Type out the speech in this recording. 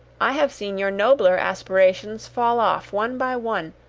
i have seen your nobler aspirations fall off one by one,